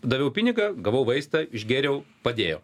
daviau pinigą gavau vaistą išgėriau padėjo